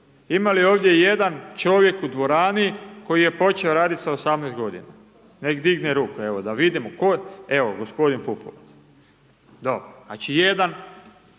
Ima li ovdje ijedan čovjek u dvorani koji je počeo raditi sa 18 godina? Neka digne ruku, evo da vidimo tko, evo gospodin Pupovac. Dobro, znači 1,